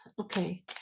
okay